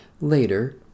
Later